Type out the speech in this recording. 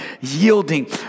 yielding